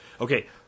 Okay